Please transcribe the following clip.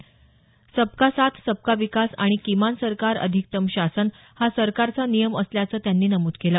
सबका साथ सबका विकास आणि किमान सरकार अधिकतम शासन हा सरकारचा नियम असल्याचं त्यांनी नमूद केलं